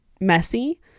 messy